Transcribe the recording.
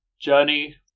Journey